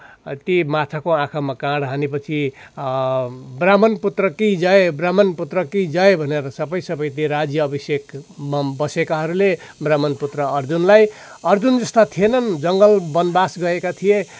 ति माछाको आँखामा काँड हानेपछि ब्राह्मण पुत्रकी जय ब्राह्मण पुत्रकी जय भनेर सबै सबैले राज्य अभिषेकमा बसेकाहरूले ब्राह्मण पुत्र अर्जुनलाई अर्जुन यस्ता थिएनन् जङ्गल बनबास गएका थिए